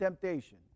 temptation